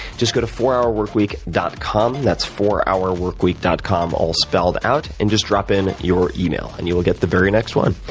just go to fourhourworkweek dot com, that's fourhourworkweek dot com, all spelled out. and, just drop in your email, and you will get the very next one.